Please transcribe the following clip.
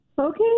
Okay